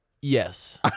Yes